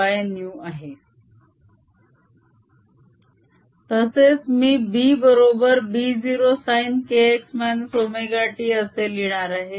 EE0sin 2πx 2πνt E0sin kx ωt k2π and ω2πν तसेच मी B बरोबर B0 sin kx ωt असे लिहिणार आहे